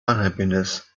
unhappiness